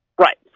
Right